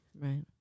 Right